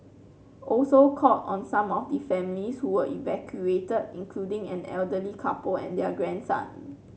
also called on some of the families who were evacuated including an elderly couple and their grandson